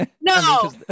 No